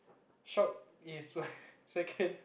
shock is like second